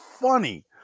funny